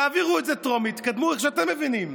תעבירו את זה בטרומית ותקדמו את זה איך שאתם מבינים.